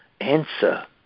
answer